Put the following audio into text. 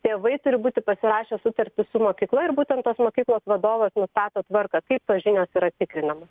tėvai turi būti pasirašę sutartį su mokykla ir būtent tos mokyklos vadovas nustato tvarką kaip tos žinios yra tikrinamos